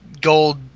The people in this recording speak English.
gold